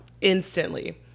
Instantly